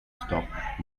stopped